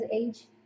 age